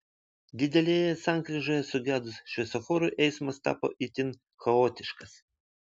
didelėje sankryžoje sugedus šviesoforui eismas tapo itin chaotiškas